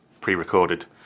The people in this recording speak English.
pre-recorded